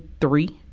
three,